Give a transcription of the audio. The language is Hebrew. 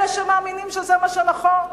אלה שמאמינים שזה מה שנכון.